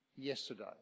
yesterday